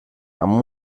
amb